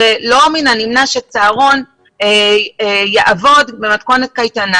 הרי לא מן הנמנע שצהרון יעבוד במתכונת קייטנה